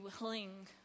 willing